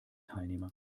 teilnehmer